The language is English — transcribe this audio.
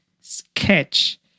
Sketch